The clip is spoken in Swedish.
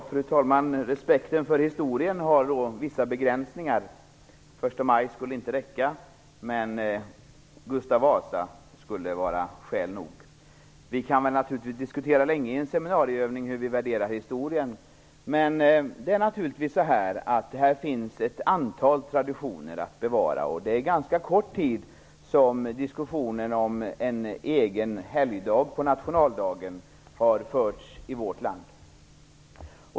Fru talman! Respekten för historien har vissa begränsningar. Första maj skulle inte räcka, men Gustav Vasa skulle vara skäl nog. Vi kan diskutera länge i en seminarieövning hur vi värderar historien. Det finns ett antal traditioner att bevara. Det är ganska kort tid som diskussionen om en egen helgdag på nationaldagen har förts i vårt land.